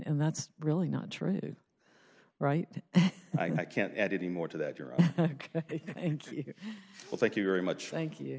nd that's really not true right i can't add any more to that you're oh well thank you very much thank you